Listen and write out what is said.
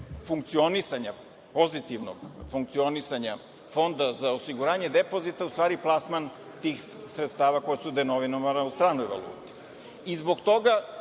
je ključ pozitivnog funkcionisanja Fonda za osiguranje depozita u stvari plasman tih sredstava koja su denominovana u stranoj valuti. Zbog toga